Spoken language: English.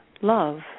love